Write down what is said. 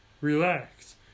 relax